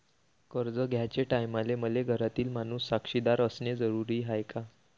कर्ज घ्याचे टायमाले मले घरातील माणूस साक्षीदार असणे जरुरी हाय का?